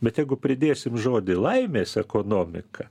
bet jeigu pridėsim žodį laimės ekonomika